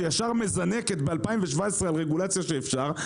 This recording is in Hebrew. שישר מזנקת ב-2017 על רגולציה שאפשר,